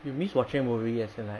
you miss watching movie as in like